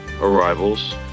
arrivals